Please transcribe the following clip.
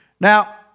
Now